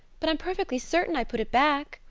but i'm perfectly certain i put it back.